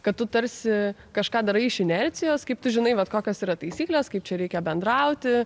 kad tu tarsi kažką darai iš inercijos kaip tu žinai vat kokios yra taisyklės kaip čia reikia bendrauti